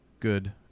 good